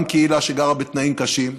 גם קהילה שגרה בתנאים קשים,